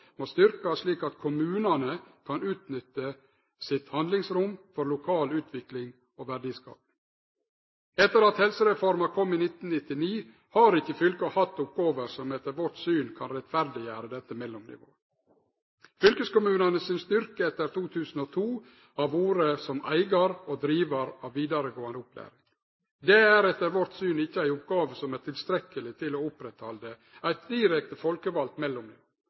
må styrkjast, slik at kommunane kan utnytte handlingsrommet for lokal utvikling og verdiskaping. Etter at helsereforma kom i 1999, har ikkje fylka hatt oppgåver som etter vårt syn kan rettferdiggjere dette mellomnivået. Fylkeskommunane sin styrke etter 2002 har vore som eigar og drivar av vidaregåande opplæring. Det er etter vårt syn ikkje ei oppgåve som er tilstrekkeleg til å oppretthalde eit direkte